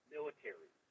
Military